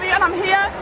and i'm here,